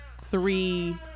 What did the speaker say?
three